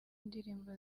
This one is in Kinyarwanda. indirimbo